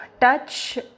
touch